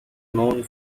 known